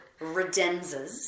Redenzas